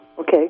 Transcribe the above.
Okay